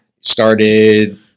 Started